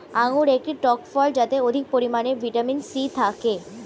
আঙুর একটি টক ফল যাতে অধিক পরিমাণে ভিটামিন সি থাকে